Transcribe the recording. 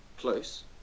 Close